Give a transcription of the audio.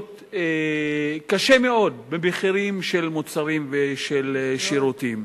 קשה מאוד במחירים של מוצרים ושירותים.